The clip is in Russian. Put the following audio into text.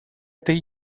этой